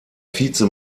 vize